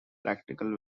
practical